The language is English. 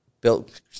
built